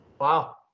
Wow